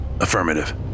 Affirmative